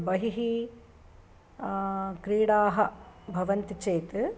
बहिः क्रीडाः भवन्ति चेत्